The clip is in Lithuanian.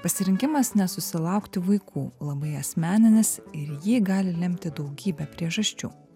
pasirinkimas nesusilaukti vaikų labai asmeninis ir jį gali lemti daugybė priežasčių